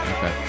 Okay